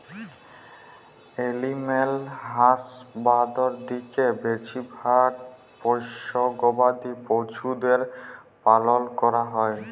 animal হাসবাঁদরিতে বেছিভাগ পোশ্য গবাদি পছুদের পালল ক্যরা হ্যয়